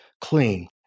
clean